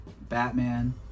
Batman